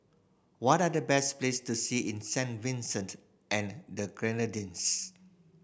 what are the best place to see in Saint Vincent and the Grenadines